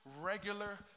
regular